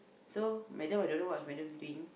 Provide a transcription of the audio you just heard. so madam I don't know what is madam doing